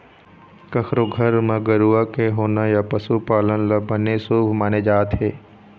कखरो घर म गरूवा के होना या पशु पालन ल बने शुभ माने जाथे